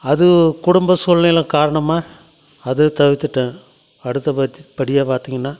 அது குடும்ப சூழ்நிலை காரணமாக அதை தவிர்த்துட்டேன் அடுத்த பாத் படியாக பார்த்தீங்கனா